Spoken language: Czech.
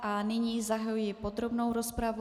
A nyní zahajuji podrobnou rozpravu.